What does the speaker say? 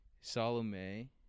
Salome